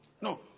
No